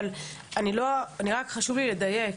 רק חשוב לי לדייק,